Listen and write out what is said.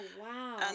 wow